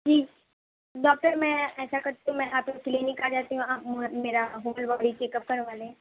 جی doctor میں ایسا کرتی ہوں میں آپ کی کلینک آ جاتی ہوں آپ میں میرا ہول باڈی چیک اپ کروا لیں